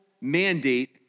mandate